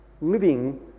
Living